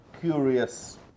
curious